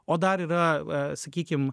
o dar yra sakykim